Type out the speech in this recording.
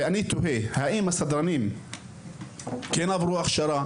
ואני תוהה האם הסדרנים כן עברו הכשרה?